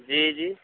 جی جی